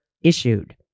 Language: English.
issued